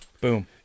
Boom